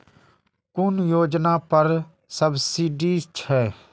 कुन योजना पर सब्सिडी छै?